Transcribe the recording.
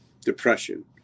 depression